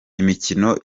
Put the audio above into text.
imikino